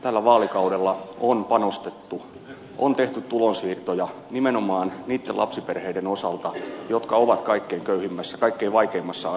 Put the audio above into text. tällä vaalikaudella on panostettu on tehty tulonsiirtoja nimenomaan niitten lapsiperheiden osalta jotka ovat kaikkein köyhimmässä kaikkein vaikeimmassa asemassa